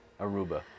Aruba